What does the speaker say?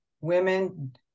women